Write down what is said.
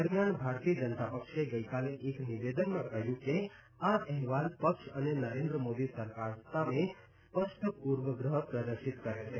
દરમિયાન ભારતીય જનતા પક્ષે ગઇકાલે એક નિવેદનમાં કહ્યું છે કે આ અહેવાલ પક્ષ અને નરેન્દ્ર મોદી સરકાર સામે સ્પષ્ટ પૂર્વગ્રહ પ્રદર્શિત કરે છે